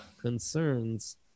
concerns